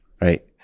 right